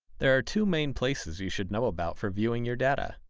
there are two main places you should know about for viewing your data,